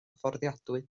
fforddiadwy